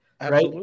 right